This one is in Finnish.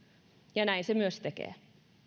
ja näin se myös tekee